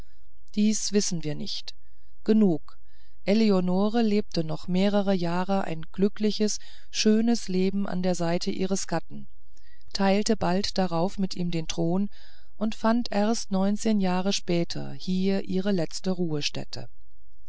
dies wissen wir nicht genug eleonore lebte noch mehrere jahre ein glückliches schönes leben an der seite ihres gatten teilte bald darauf mit ihm den thron und fand erst neunzehn jahre später hier ihre letzte ruhestätte